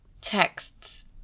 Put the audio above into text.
texts